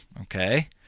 okay